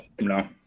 No